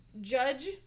judge